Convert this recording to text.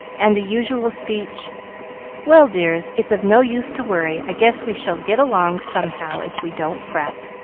and the usual speech well, dears, it's of no use to worry. i guess we shall get along somehow, if we don't fret.